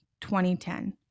2010